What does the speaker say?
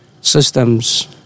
systems